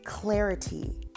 clarity